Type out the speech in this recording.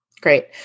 Great